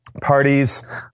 parties